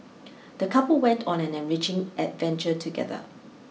the couple went on an enriching adventure together